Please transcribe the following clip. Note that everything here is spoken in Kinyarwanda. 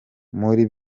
muri